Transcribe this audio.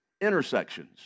Intersections